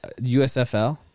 USFL